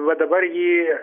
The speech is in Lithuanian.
va dabar jį